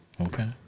Okay